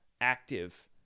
active